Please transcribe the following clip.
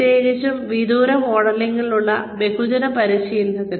പ്രത്യേകിച്ചും വിദൂര മോഡിലുള്ള ബഹുജന പരിശീലനത്തിന്